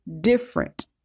different